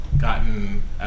gotten